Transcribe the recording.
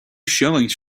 showings